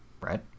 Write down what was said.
right